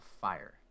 fire